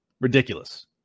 ridiculous